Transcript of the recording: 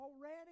already